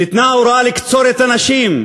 ניתנה הוראה לקצור את הנשים.